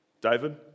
David